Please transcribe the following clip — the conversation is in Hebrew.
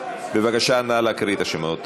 בבקשה, נא להקריא את השמות.